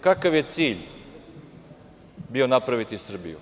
kakav je cilj bio napraviti Srbiju?